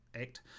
act